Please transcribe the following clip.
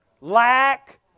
lack